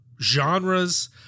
genres